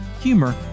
humor